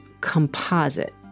composite